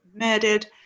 murdered